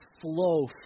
flow